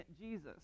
Jesus